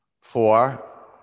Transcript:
four